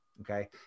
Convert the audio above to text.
Okay